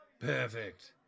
Perfect